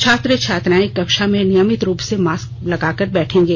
छात्र छात्राएं कक्षा में नियमित रूप से मास्क लगाकर बैठेंगे